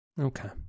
Okay